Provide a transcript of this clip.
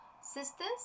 sisters